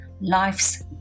life's